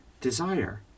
desire